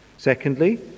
Secondly